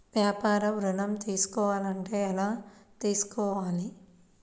వ్యాపార ఋణం తీసుకోవాలంటే ఎలా తీసుకోవాలా?